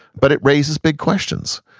but it raises big questions.